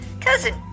Cousin